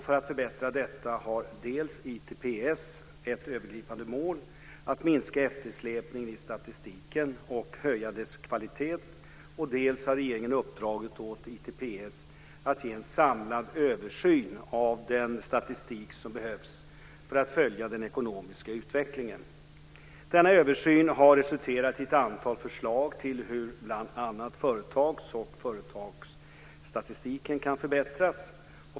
För att förbättra detta har dels ITPS ett övergripande mål att minska eftersläpningen i statistiken och att höja dess kvalitet, dels har regeringen uppdragit åt ITPS att ge en samlad översyn av den statistik som behövs för att följa den ekonomiska utvecklingen. Denna översyn har resulterat i ett antal förslag till hur bl.a. företags och företagarstatistiken kan förbättras.